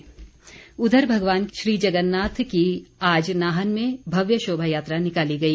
शोभा यात्रा उधर भगवान श्री जगन्नाथ की आज नाहन में भव्य शोभा यात्रा निकाली गई